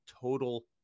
total